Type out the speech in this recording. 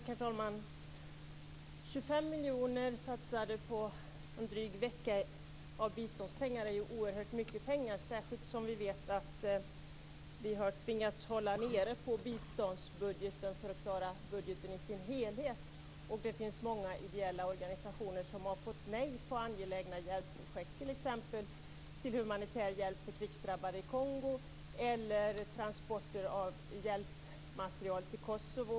Herr talman! 25 miljoner kronor av biståndspengar satsade på en dryg vecka är oerhört mycket, särskilt som vi vet att man har tvingats hålla nere på biståndsbudgeten för att klara budgeten i dess helhet. Det finns många ideella organisationer som har fått nej till angelägna hjälpprojekt, t.ex. för humanitär hjälp för krigsdrabbade i Kongo eller för transporter av hjälpmaterial till Kosovo.